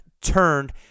turned